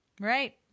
Right